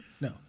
No